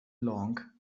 lange